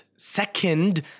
second